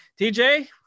TJ